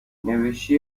نوشتی